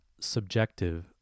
subjective